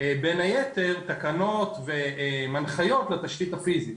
בין היתר תקנות והנחיות לתשתית הפיזית.